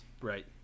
right